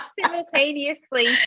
simultaneously